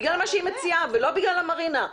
בגלל מה שהיא מציעה ולא בגלל המרינה.